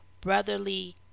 brotherly